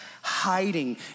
hiding